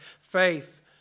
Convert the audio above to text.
faith